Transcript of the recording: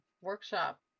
workshop